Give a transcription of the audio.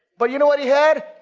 but you know what he had?